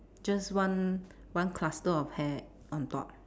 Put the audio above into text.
just one one cluster of hair on top